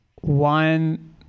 One